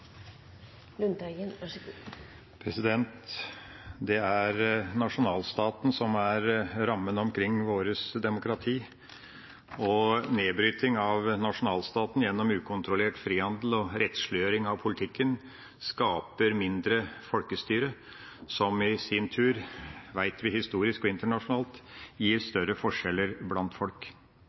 nasjonalstaten som er rammen omkring vårt demokrati, og nedbryting av nasjonalstaten gjennom ukontrollert frihandel og rettsliggjøring av politikken skaper mindre folkestyre, som vi vet – historisk og internasjonalt – i sin tur gir større forskjeller blant folk.